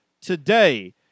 today